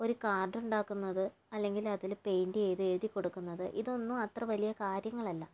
ഒരു കാർഡുണ്ടാക്കുന്നത് അല്ലെങ്കില് അത് പെയിന്റ് ചെയ്ത് എഴുതി കൊടുക്കുന്നത് ഇതൊന്നും അത്ര വലിയ കാര്യങ്ങളല്ല